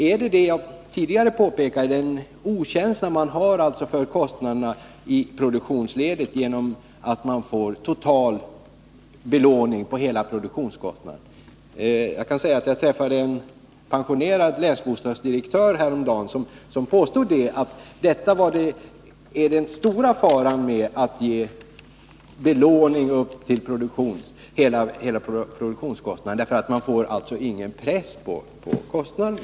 Är det vad jag tidigare pekade på, den bristande känslan för kostnader i produktionsledet, genom att man får en total belåning på hela produktionskostnaden? Jag träffade häromdagen en pensionerad länsbostadsdirektör som påstod att just detta var den stora faran med att ge belåning upp till hela produktionskostnaden, eftersom det inte blir någon press på kostnaderna.